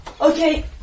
Okay